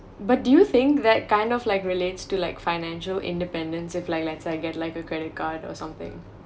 but do you think that kind of like relates to like financial independence if like let's say I get like a credit card or something